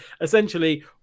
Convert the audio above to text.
Essentially